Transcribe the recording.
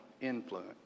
influence